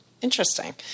Interesting